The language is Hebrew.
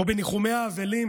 או בניחומי אבלים